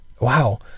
wow